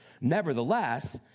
nevertheless